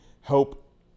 help